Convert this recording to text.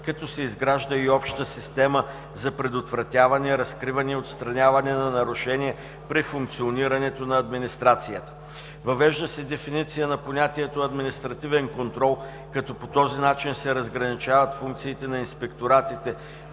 като се изгражда и обща система за предотвратяване, разкриване и отстраняване на нарушения при функционирането на администрацията. Въвежда се дефиниция на понятието „административен контрол”, като по този начин се разграничават функциите на инспекторатите